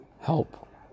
help